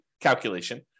calculation